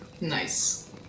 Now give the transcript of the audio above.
Nice